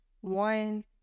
one